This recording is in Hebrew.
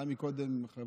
עלה קודם חברי,